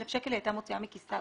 1,000 שקלים היא הייתה מוציאה מכיסה.